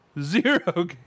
zero